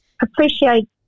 Appreciate